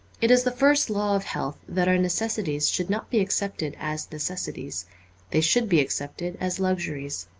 it is the first law of health that our necessities should not be accepted as necessities they should be accepted as luxuries.